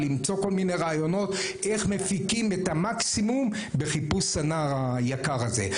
למצוא כל מיני רעיונות איך מפיקים את המקסימום בחיפוש הנער היקר הזה.